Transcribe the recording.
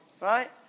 Right